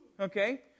okay